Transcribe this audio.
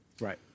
Right